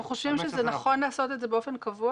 אנחנו חושבים שזה נכון לעשות את זה באופן קבוע